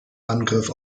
angriff